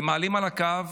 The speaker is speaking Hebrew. ומעלים על הקו